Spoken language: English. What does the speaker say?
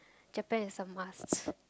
Japan is a must